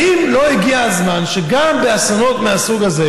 האם לא הגיע הזמן שגם באסונות מהסוג הזה,